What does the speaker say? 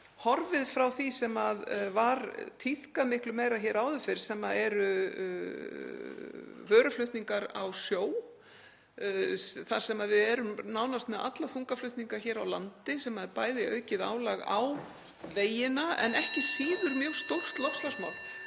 horfið frá því sem var miklu meira tíðkað hér áður fyrr, sem eru vöruflutningar á sjó. Við erum nánast með alla þungaflutninga á landi, sem er bæði aukið álag á vegina en ekki síður mjög stórt loftslagsmál.